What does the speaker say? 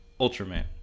Ultraman